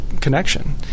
connection